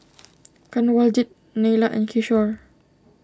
Kanwaljit Neila and Kishore